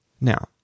Now